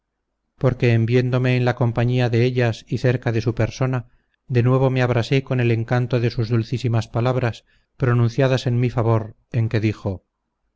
porque en viéndome en la compañía de ellas y cerca de su persona de nuevo me abrasé con el encanto de sus dulcísimas palabras pronunciadas en mi favor en que dijo